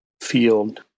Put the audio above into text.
field